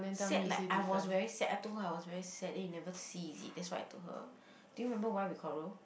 sad like I was very sad I told her I was very sad then you never see is it that's what I told her do you remember why we quarrel